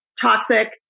toxic